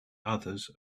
others